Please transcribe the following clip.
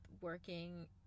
working